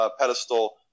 pedestal